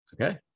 Okay